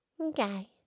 Okay